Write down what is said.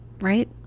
Right